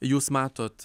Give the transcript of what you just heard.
jūs matot